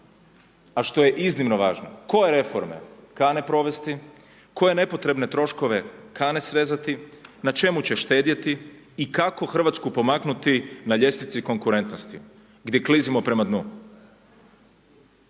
a što je iznimno važno, koje reforme kane provesti, koje nepotrebne troškove kane srezati, na čemu će štedjeti i kako Hrvatsku pomaknuti na ljestvici konkurentnosti gdje klizimo prema dnu.